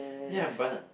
ya but